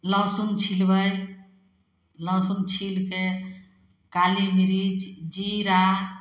लहसुन छिलबै लहसुन छिलिके काली मरीच जीरा